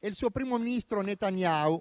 e il suo primo ministro Netanyahu